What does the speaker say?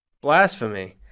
Blasphemy